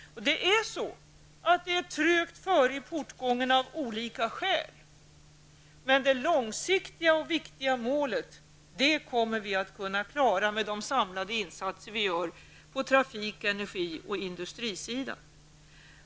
Av olika skäl är det trögt före i portgången. Men det långsiktiga och viktiga målet kommer vi att uppnå med våra samlade insatser på trafik-, energioch industriområdena.